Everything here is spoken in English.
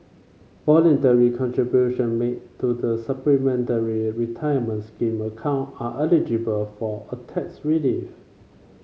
voluntary contribution made to the Supplementary Retirement Scheme account are eligible for a tax relief